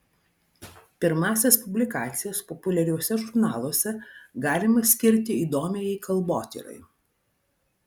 pirmąsias publikacijas populiariuose žurnaluose galima skirti įdomiajai kalbotyrai